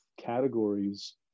categories